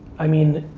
i mean,